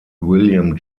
william